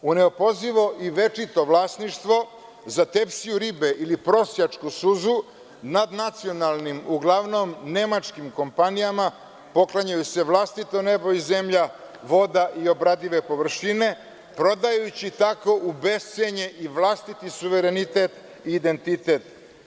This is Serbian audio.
U neopozivo i večito vlasništvo, za tepsiju ribe ili prosjačku suzu, nadnacionalnim, uglavnom Nemačkim kompanijama, poklanjaju se vlastito nebo i zemlja, voda i obradive površine, prodajući tako u bescenje i vlastiti suverenitet i identitet.